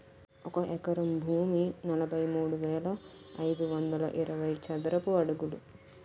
ఒక ఎకరం భూమి నలభై మూడు వేల ఐదు వందల అరవై చదరపు అడుగులు